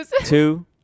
two